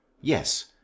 Yes